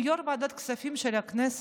הוא יו"ר ועדת כספים של הכנסת,